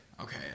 okay